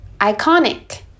Iconic